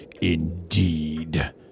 indeed